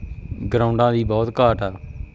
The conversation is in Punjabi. ਗਰਾਊਂਡਾਂ ਦੀ ਬਹੁਤ ਘਾਟ ਆ